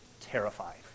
terrified